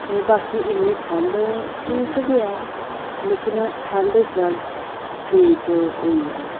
ते बाकी इन्नी ठंड ठीक के ऐ लेकिन ठंड इस बार ठीक होई ऐ